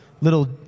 Little